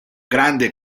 grande